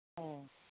ꯑꯣ